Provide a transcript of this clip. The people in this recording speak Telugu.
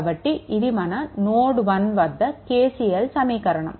కాబట్టి ఇది మన నోడ్1 వద్ద KCL సమీకరణం